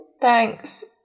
Thanks